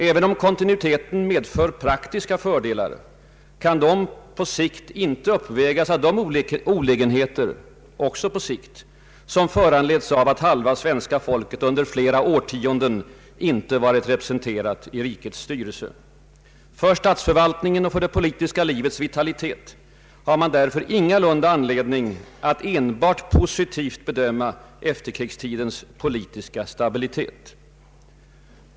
Även om kontinuiteten medför praktiska fördelar, kan de på sikt inte uppvägas av de olägenheter — också de på sikt — som föranleds av att halva svenska folket under flera årtionden icke varit representerat i rikets styrelse. För statsförvaltningen och för det politiska livets vitalitet har man därför ingalunda anledning att enbart positivt bedöma efterkrigstidens politiska stabilitet.